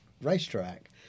racetrack